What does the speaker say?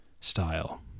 style